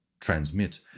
transmit